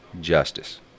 justice